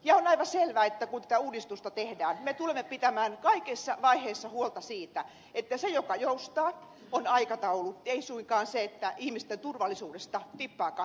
ja on aivan selvä että kun tätä uudistusta tehdään me tulemme pitämään kaikissa vaiheissa huolta siitä että se mikä joustaa on aikataulu ei suinkaan se että ihmisten turvallisuudesta divac